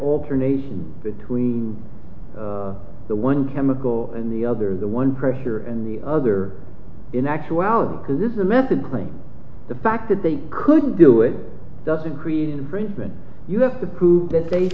alternation between the one chemical and the other the one pressure and the other in actuality because this is a method claim the fact that they couldn't do it doesn't create an infringement you have to prove that they